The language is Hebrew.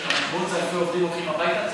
ומאות ואלפי עובדים הולכים הביתה,